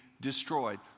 destroyed